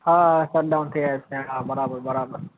હા શટડાઉન થય જાય છે હા બરાબર બરાબર